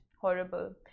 horrible